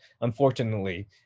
unfortunately